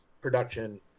production